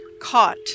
caught